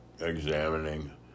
examining